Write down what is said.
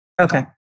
Okay